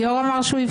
היו"ר אמר שיבחן.